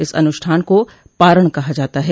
इस अनुष्ठान का पारण कहा जाता है